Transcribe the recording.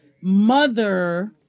mother